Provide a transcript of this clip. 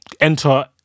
enter